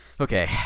okay